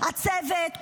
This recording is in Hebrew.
הצוות,